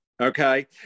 okay